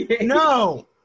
No